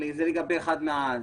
זה למשל היה באחד המקרים.